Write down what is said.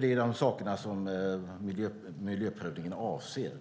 Det är det som miljöprövningen avser.